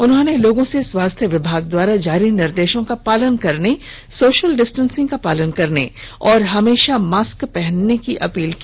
उन्होंने लोगों से स्वास्थ्य विभाग द्वारा जारी निर्देशों का पालन करने सोशल डिस्टेंसिंग का पालन करने और हमेशा मास्क पहनने की अपील की